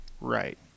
Right